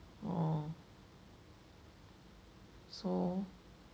orh so